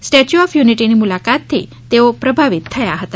statue of યુનિટીની મુલાકાતથી તઓ પ્રભાવિત થયા હતા